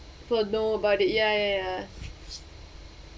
for nobody ya ya